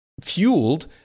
fueled